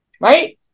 right